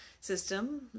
system